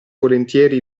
volentieri